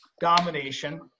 domination